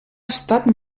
estat